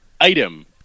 Item